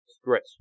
stretch